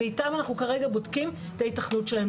ואיתם אנחנו כרגע בודקים את הייתכנות שלהם.